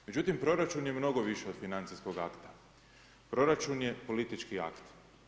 Međutim, proračun je mnogo više od financijskog akta, proračun je politički akt.